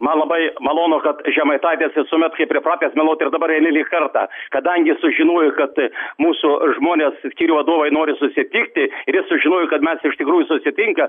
man labai malonu kad žemaitaitis visuomet kai pripratęs meluot ir dabar eilinį kartą kadangi sužinojo kad mūsų žmonės skyriaus vadovai noriu susitikti ir jis sužinojo kad mes iš tikrųjų susitinka